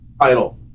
title